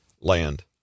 Land